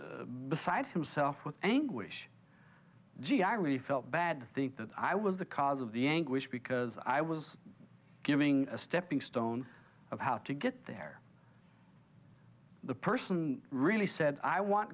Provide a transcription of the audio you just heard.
beside himself with anguish gee i really felt bad think that i was the cause of the anguish because i was giving a stepping stone of how to get there the person really said i want